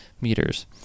meters